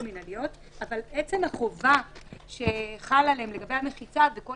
אבל עצם החובה שחלה לגבי המחיצה וכל